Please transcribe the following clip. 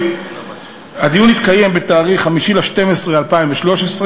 הדיון התקיים בתאריך 5 בדצמבר 2013,